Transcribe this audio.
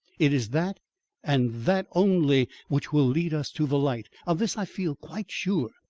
it is that and that only which will lead us to the light. of this i feel quite sure.